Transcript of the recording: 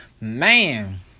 man